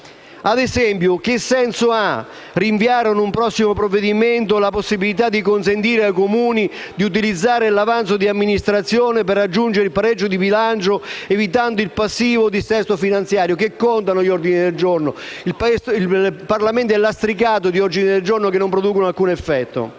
Ad esempio, che senso ha rinviare a un prossimo provvedimento la possibilità di consentire ai Comuni di utilizzare l'avanzo di amministrazione per raggiungere il pareggio di bilancio, evitando il passivo dissesto finanziario? Che cosa contano gli ordini del giorno? Il Parlamento è lastricato di ordini del giorno che non producono alcun effetto.